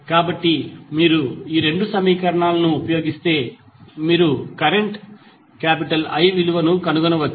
కాబట్టి మీరు ఈ 2 సమీకరణాలను ఉపయోగిస్తే మీరు కరెంట్ I విలువను కనుగొనవచ్చు